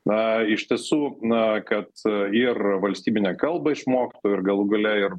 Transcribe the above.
na iš tiesų na kad ir valstybinę kalbą išmoktų ir galų gale ir